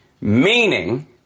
meaning